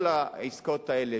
כל העסקאות האלה